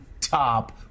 top